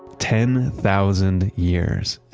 ten thousand years.